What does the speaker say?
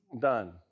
Done